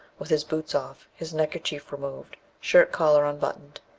with his boots off, his neckerchief removed, shirt collar unbuttoned,